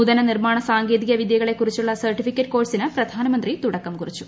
നൂതന് നിർമ്മാണ സാങ്കേതികവിദ്യകളെ കുറിച്ചുള്ള സർട്ടിഫിക്കറ്റ് കോഴ്സിന് പ്രധാനമന്ത്രി തുടക്കം കുറിച്ചു